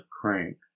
crank